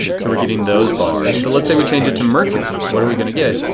so we are getting those bars. but let's say we change it to mercury. what are we going to get?